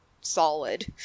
solid